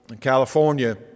California